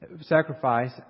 sacrifice